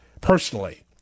personally